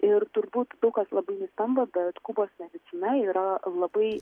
ir turbūt daug kas labai nustemba bet kubos medicina yra labai